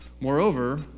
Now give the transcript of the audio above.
Moreover